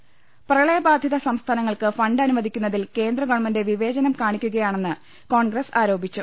രുട്ടിട്ടിട്ടിട പ്രളയബാധിത സംസ്ഥാനങ്ങൾക്ക് ഫണ്ട് അനുവദിക്കുന്നതിൽ കേന്ദ്ര ഗവൺമെന്റ് വിവേചനം കാണിക്കുകയാണെന്ന് കോൺഗ്രസ് ആരോപിച്ചു